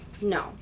no